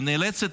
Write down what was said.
היא נאלצת